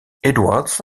edwards